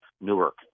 Newark